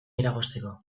eragozteko